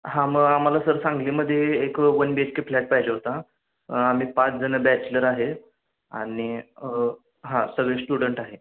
हां मग आम्हाला सर सांगलीमध्ये एक one B H K flat पाहिजे होता आम्ही पाचजणं बॅचलर आहेत आणि हां सगळे स्टुडंट आहे